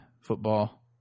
football